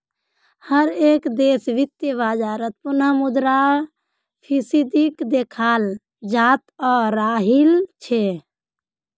हर एक देशत वित्तीय बाजारत पुनः मुद्रा स्फीतीक देखाल जातअ राहिल छे